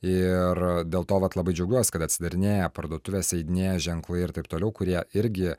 ir dėl to vat labai džiaugiuosi kad atsidarinėja parduotuvės įeidinėja ženklai ir taip toliau kurie irgi